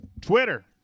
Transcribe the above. Twitter